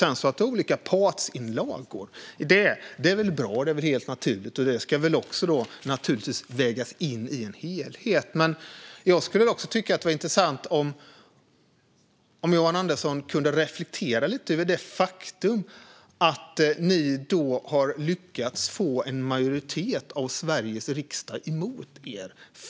Det är väl bra och naturligt med olika partsinlagor, och det ska naturligtvis vägas in i en helhet. Jag tycker att det skulle vara intressant om Johan Andersson kunde reflektera lite över det faktum att ni har lyckats få en majoritet av Sveriges riksdag emot er.